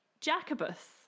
jacobus